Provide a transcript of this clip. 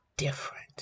different